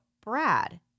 Brad